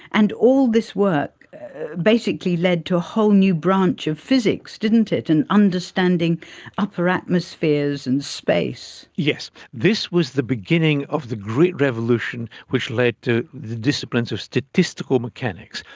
and all this work basically led to a whole new branch of physics, didn't it, and understanding upper atmospheres and space. yes. this was the beginning of the great revolution which led to the disciplines of statistical mechanics.